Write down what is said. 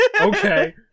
Okay